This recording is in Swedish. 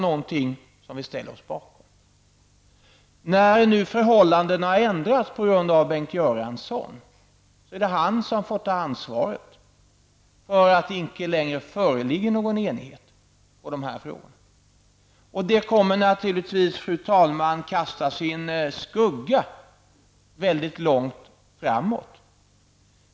När nu förhållandena ändrades på grund av Bengt Göransson, så är det han som får ta ansvaret för att det inte längre föreligger någon enighet i de här frågorna. Detta kommer naturligtvis, fru talman, att kasta sin skugga väldigt långt framåt.